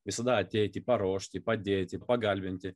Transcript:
visada ateiti paruošti padėti pagarbinti